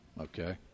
okay